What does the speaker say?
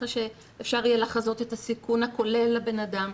שאפשר יהיה לחזות את הסיכון הכולל לבן אדם.